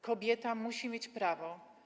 Kobieta musi mieć prawo.